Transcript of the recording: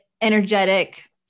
energetic